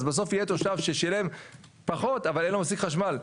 אז בסוף יהיה תושב ששילם פחות אבל אין לו מספיק חשמל,